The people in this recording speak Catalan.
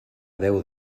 déu